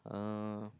uh